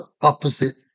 opposite